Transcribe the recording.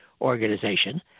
organization